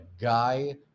guy